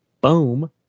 Boom